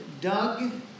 Doug